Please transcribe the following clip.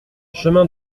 chemin